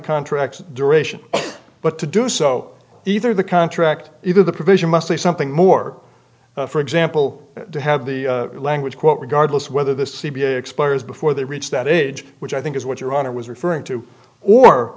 contract duration but to do so either the contract either the provision must be something more for example to have the language quote regardless of whether the c b i expires before they reach that age which i think is what your honor was referring to or